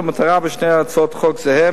המטרה בשתי הצעות החוק זהה,